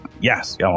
Yes